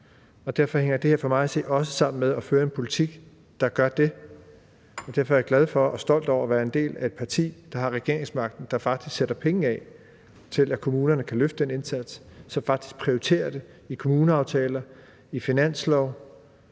Derfor hænger det her for mig at se også sammen med at føre en politik, der gør det. Jeg er glad for og stolt over at være en del af et parti, der har regeringsmagten, og som faktisk sætter penge af til, at kommunerne kan løfte den indsats, og som faktisk prioriterer det i kommuneaftaler, i finanslov.